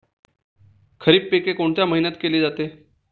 खरीप पिके कोणत्या महिन्यात केली जाते?